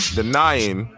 denying